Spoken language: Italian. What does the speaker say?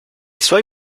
suoi